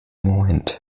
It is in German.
moment